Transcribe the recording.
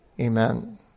Amen